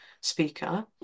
speaker